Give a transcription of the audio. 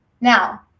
Now